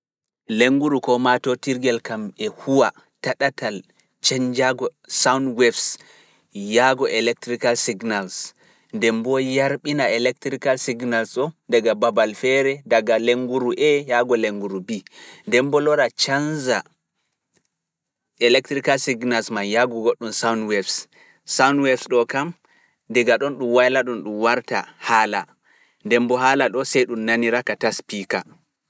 Lennguru ko maatotirgel kam e huwa ta ɗatal chanjago soundwefs yaago electrical signals ndemboo yarɓina electrical signals ɗo daga babal feere daga lenguru A yaago lenguru B. ndemboo loora chanja Electrical signals man yaago goɗɗum soundwefs, soundwefs ɗo kam daga ɗon ɗum wayla ɗum ɗum warta haala ndemboo haala ɗo sey ɗum nanira ka ta spiika.